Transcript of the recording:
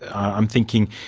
i'm thinking,